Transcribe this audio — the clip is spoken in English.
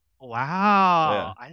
Wow